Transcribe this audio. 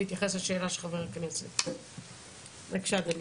בבקשה.